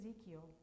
Ezekiel